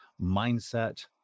mindset